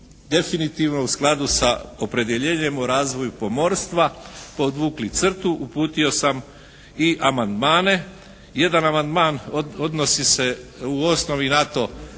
definitivno u skladu sa opredjeljenjem u razvoju pomorstva podvukli crtu uputio sam i amandmane. Jedan amandman odnosi se u osnovi na